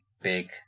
big